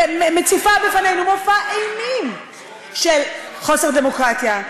מציגה בפנינו מופע אימים של חוסר דמוקרטיה,